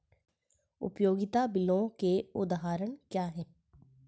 उपयोगिता बिलों के उदाहरण क्या हैं?